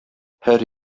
һәр